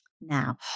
now